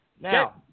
now